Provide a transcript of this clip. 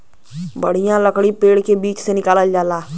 बढ़िया लकड़ी पेड़ के बीच से निकालल जाला